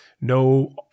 no